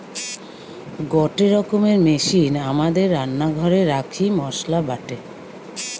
গটে রকমের মেশিন আমাদের রান্না ঘরে রাখি মসলা বাটে